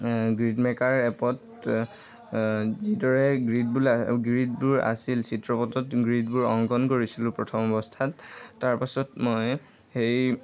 grid maker এপত যিদৰে গ্ৰীডবো গ্ৰীডবোৰ আছিল চিত্ৰপথত গ্ৰীডবোৰ অংকন কৰিছিলোঁ প্ৰথম অৱস্থাত তাৰপাছত মই সেই